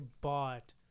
bought